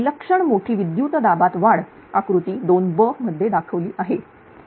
विलक्षण मोठी विद्युत दाबात वाढ आकृतीत 2b मध्ये दाखवली आहे